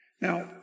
Now